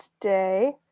today